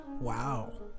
wow